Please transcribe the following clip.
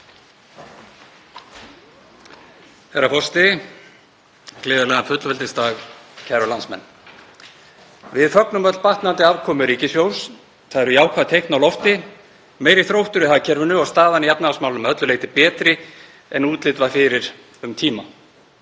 Herra forseti. Gleðilegan fullveldisdag, kæru landsmenn. Við fögnum öll batnandi afkomu ríkissjóðs, það eru jákvæð teikn á lofti. Meiri þróttur er í hagkerfinu og staðan í efnahagsmálum að öllu leyti betri en útlit var fyrir um tíma.